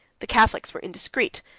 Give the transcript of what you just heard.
the catholics were indiscreet,